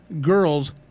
girls